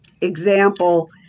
example